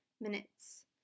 minutes